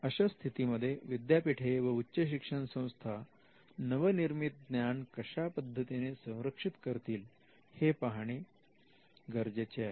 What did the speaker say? अशा स्थितीमध्ये विद्यापीठे व उच्च शिक्षण संस्था नवनिर्मित ज्ञान कशा पद्धतीने संरक्षित करतील हे पाहणे गरजेचे आहे